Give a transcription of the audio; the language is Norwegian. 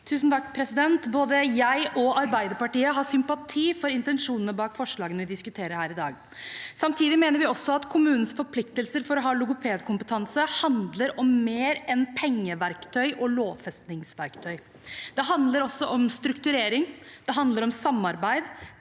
(A) Både jeg og Ar- beiderpartiet har sympati for intensjonene bak forslagene vi diskuterer her i dag. Samtidig mener vi at kommunens forpliktelse til å ha logopedkompetanse handler om mer enn pengeverktøy og lovfestingsverktøy. Det handler også om strukturering, og det handler om samarbeid,